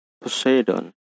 Poseidon